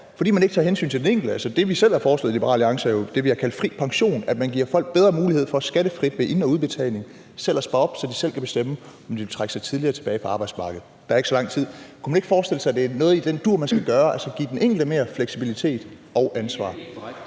fordi man ikke tager hensyn til den enkelte. Altså, det, vi selv har foreslået i Liberal Alliance, er jo det, vi kalder fri pension: at man giver folk bedre mulighed for skattefrit ved ind- og udbetaling selv at spare op, så de selv kan bestemme, om de vil trække sig tidligere tilbage fra arbejdsmarkedet. Kunne man ikke forestille sig, at det er noget i den dur, man skal gøre, altså give den enkelte mere fleksibilitet og ansvar?